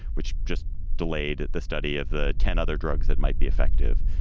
which just delayed the study of the ten other drugs that might be effective.